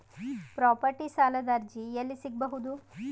Property ಸಾಲದ ಅರ್ಜಿ ಎಲ್ಲಿ ಸಿಗಬಹುದು?